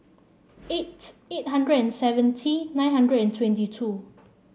eight eight hundred and seventy nine hundred and twenty two